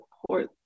support